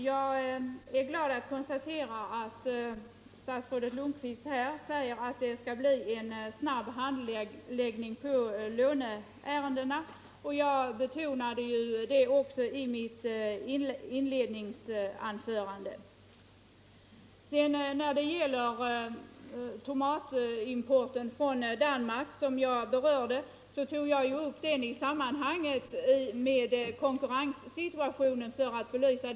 Herr talman! Jag noterar med tillfredsställelse statsrådet Lundkvists uttalande att det skall bli en snabb handläggning av låneärendena. Jag betonade ju också i mitt inledningsanförande vikten härav. Anledningen till att jag tog upp tomatimporten från Danmark var att jag ville belysa konkurrenssituationen på detta område.